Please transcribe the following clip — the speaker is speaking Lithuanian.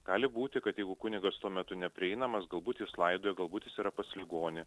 gali būti kad jeigu kunigas tuo metu neprieinamas galbūt jis laidoja galbūt jis yra pas ligonį